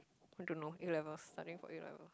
I don't know A-levels studying for A-levels